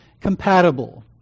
compatible